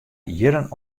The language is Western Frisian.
jierren